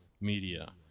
media